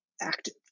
active